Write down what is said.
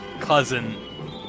cousin